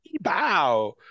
bow